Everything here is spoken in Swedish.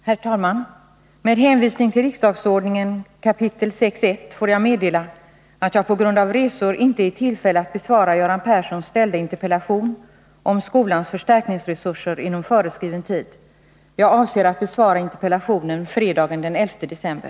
Herr talman! Med hänvisning till riksdagsordningens 6 kap. 1§ får jag meddela att jag på grund av resor inte är i tillfälle att besvara Göran Perssons interpellation om skolans förstärkningsresurser inom föreskriven tid. Jag avser att besvara interpellationen fredagen den 11 december.